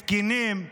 תקינים.